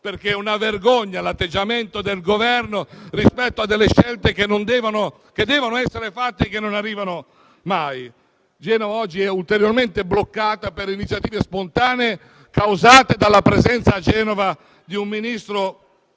perché è una vergogna l'atteggiamento del Governo rispetto a scelte che devono essere fatte, ma che non arrivano mai. Genova oggi è ulteriormente bloccata per iniziative spontanee causate dalla presenza a Genova di un Ministro